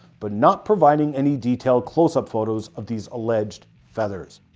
but not providing any detailed close-up photos of these alleged feathers.